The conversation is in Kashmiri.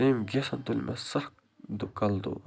تٔمۍ گیسن تُل مےٚ سَکھ دُ کَلہٕ دود